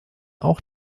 auch